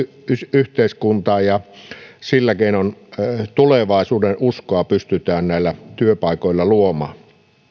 yhteiskuntaa sillä keinoin tulevaisuudenuskoa pystytään näillä työpaikoilla luomaan